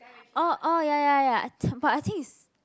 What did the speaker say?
orh orh ya ya ya but I think is